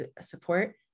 support